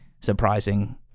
Surprising